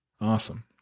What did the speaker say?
Awesome